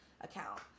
account